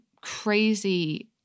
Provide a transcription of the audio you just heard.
crazy